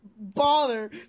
bother